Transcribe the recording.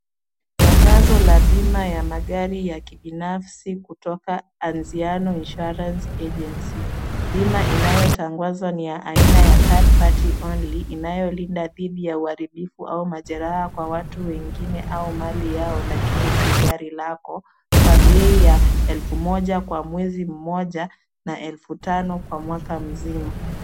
Tangazo la bima ya magari ya kibinafsi kutoka Anziano Insurance Agency. Bima inayotangaza ni ya aina ya third party only , inayolinda dhidi ya uharibifu au majeraha kwa watu wengine au mali yao, lakini si gari lako, kwa bei ya elfu moja kwa mwezi mmoja na elfu tano kwa mwaka mzima.